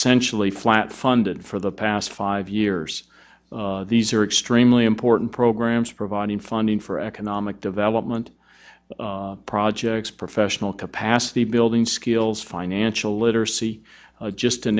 sential a flat funded for the past five years these are extremely important programs providing funding for economic development projects professional capacity building skills financial literacy just to